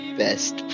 best